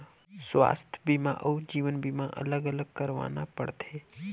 स्वास्थ बीमा अउ जीवन बीमा अलग अलग करवाना पड़थे?